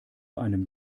einem